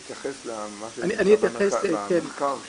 תתייחס למסמך של מרכז המחקר והמידע.